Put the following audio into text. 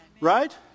Right